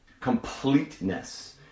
completeness